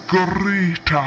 great